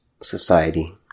society